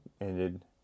ended